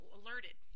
alerted